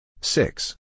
Six